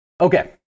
Okay